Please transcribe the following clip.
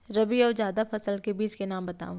रबि अऊ जादा फसल के बीज के नाम बताव?